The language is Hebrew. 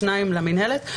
שניים למינהלת,